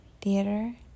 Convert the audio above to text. theater